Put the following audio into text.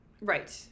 Right